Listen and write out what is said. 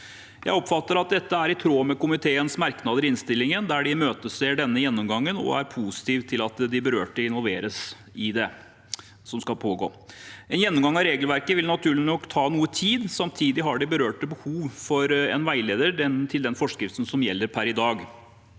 Jeg oppfatter at dette er i tråd med komiteens merknader i innstillingen, der de imøteser denne gjennomgangen og er positiv til at de berørte involveres i det som skal pågå. En gjennomgang av regelverket vil naturlig nok ta noe tid. Samtidig har de berørte behov for en veileder til den forskriften som gjelder per i dag.